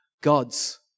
God's